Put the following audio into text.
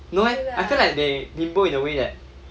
no meh I feel like that they bimbo in a way that